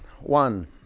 One